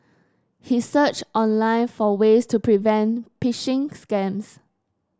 he searched online for ways to prevent phishing scams